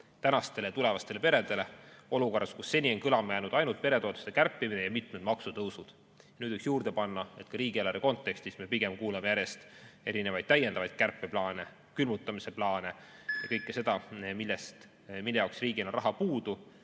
tänastele ja tulevastele peredele olukorras, kus seni on kõlama jäänud ainult peretoetuste kärpimine ja mitmed maksutõusud? Nüüd võiks juurde panna, et ka riigieelarve kontekstis me pigem kuuleme järjest erinevaid täiendavaid kärpeplaane, külmutamise plaane ja kõike seda, mille jaoks riigil on raha puudu.